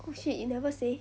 oh shit you never say